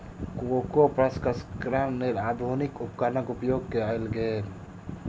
cocoa प्रसंस्करणक लेल आधुनिक उपकरणक उपयोग कयल गेल